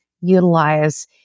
utilize